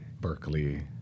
Berkeley